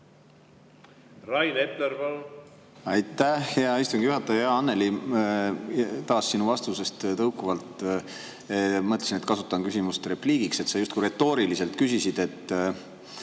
Rain Epler, palun! Aitäh, hea istungi juhataja! Hea Annely! Taas sinu vastusest tõukuvalt mõtlesin, et kasutan küsimust repliigiks. Sa justkui retooriliselt küsisid, et